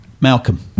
Malcolm